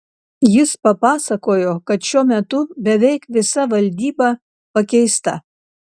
jis papasakojo kad šiuo metu beveik visa valdyba pakeista